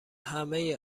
همه